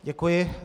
Děkuji.